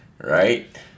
Right